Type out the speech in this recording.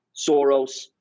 Soros